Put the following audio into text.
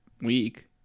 week